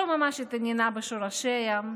לא ממש התעניינה בשורשיה,